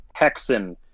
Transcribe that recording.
Hexen